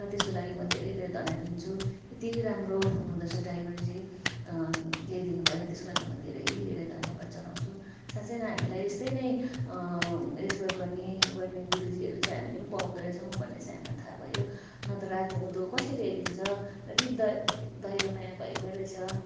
र त्यसको लागि म धेरै धेरै धन्यवाद दिन्छु यति राम्रो हुनुहुँदो रहेछ ड्राइभरजी ल्याइदिनु भयो त्यसको लागि म धेरै धेरै धन्यवाद चढाउँछु साँच्चै नै हामीलाई यस्तै नै रेस्पेक्ट गर्ने उ गर्ने गुरुजीहरू चाहिँ हामीले पनि पाउँदो रहेछौँ भन्ने चाहिँ हामीलाई थाहा भयो नत्र राति हुँदो कसले ल्याइदिन्छ र यति द दया माया भएको रहेछ